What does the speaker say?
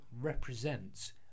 represents